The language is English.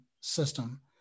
system